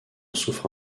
souffre